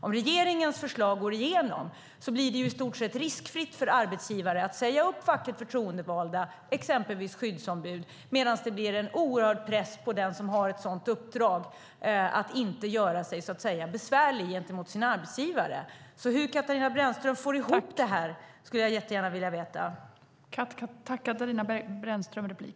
Om regeringens förslag går igenom blir det i stort sett riskfritt för arbetsgivare att säga upp fackligt förtroendevalda, exempelvis skyddsombud, medan det blir en oerhörd press på den som har ett sådant uppdrag att inte, så att säga, göra sig besvärlig gentemot sin arbetsgivare. Jag skulle jättegärna vilja veta hur Katarina Brännström får ihop det här.